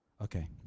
Okay